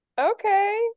Okay